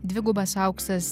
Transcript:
dvigubas auksas